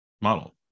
model